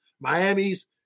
Miami's